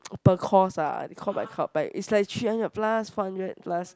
per course ah they count by club but it's like three hundred plus four hundred plus